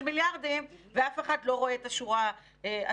מיליארדים ואף אחד לא רואה את השורה התחתונה,